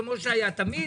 כמו שהיה תמיד.